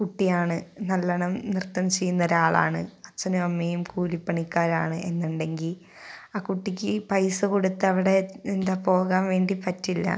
കുട്ടിയാണ് നല്ലോണം നൃത്തം ചെയ്യുന്ന ഒരാളാണ് അച്ഛനും അമ്മയും കൂലിപ്പണിക്കാരാണ് എന്നുണ്ടെങ്കിൽ ആ കുട്ടിക്ക് പൈസ കൊടുത്തിട്ട് എന്താണ് പോകാൻ വേണ്ടി പറ്റില്ല